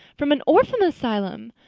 from an orphan asylum!